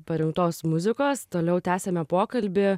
parinktos muzikos toliau tęsiame pokalbį